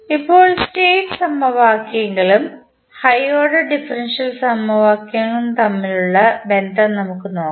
ഇപ്പോൾ സ്റ്റേറ്റ് സമവാക്യങ്ങളും high order differential സമവാക്യങ്ങളും തമ്മിലുള്ള ബന്ധം നമുക്ക് നോക്കാം